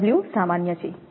𝜔 સામાન્ય છે